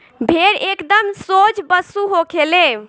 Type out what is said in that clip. भेड़ एकदम सोझ पशु होखे ले